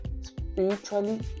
spiritually